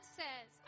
says